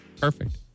Perfect